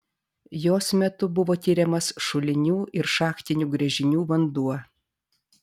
jos metu buvo tiriamas šulinių ir šachtinių gręžinių vanduo